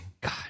God